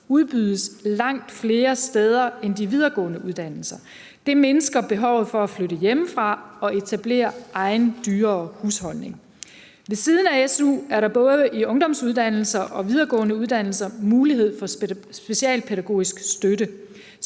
udbydes langt flere steder end de videregående uddannelser. Det mindsker behovet for at flytte hjemmefra og etablere egen dyrere husholdning. Ved siden af SU er der både i ungdomsuddannelser og videregående uddannelser mulighed for specialpædagogisk støtte.